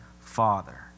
Father